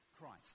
Christ